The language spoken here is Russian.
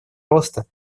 роста